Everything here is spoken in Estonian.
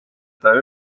õpetaja